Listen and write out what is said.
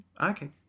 Okay